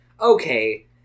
Okay